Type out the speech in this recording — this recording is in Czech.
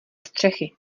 střechy